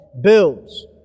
builds